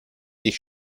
ich